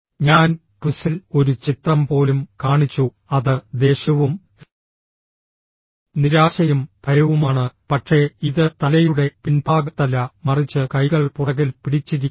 ഞാൻ ക്വിസിൽ ഒരു ചിത്രം പോലും കാണിച്ചു അത് ദേഷ്യവും നിരാശയും ഭയവുമാണ് പക്ഷേ ഇത് തലയുടെ പിൻഭാഗത്തല്ല മറിച്ച് കൈകൾ പുറകിൽ പിടിച്ചിരിക്കുന്നു